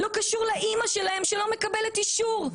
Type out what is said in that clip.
זה לא קשור לאימא שלהם, שלא מקבלת אישור.